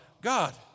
God